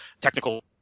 technical